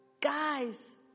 Guys